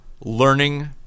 Learning